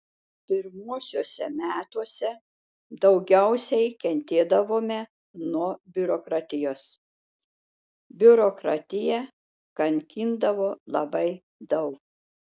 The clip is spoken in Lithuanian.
pirmuosiuose metuose daugiausiai kentėdavome nuo biurokratijos biurokratija kankindavo labai daug